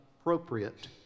appropriate